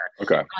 Okay